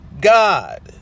God